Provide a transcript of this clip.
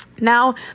Now